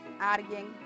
alguien